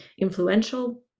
influential